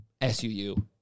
SUU